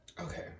Okay